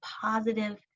positive